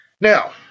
Now